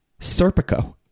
Serpico